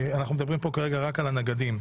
אנחנו מדברים פה כרגע רק על הנגדים.